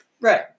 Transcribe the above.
Right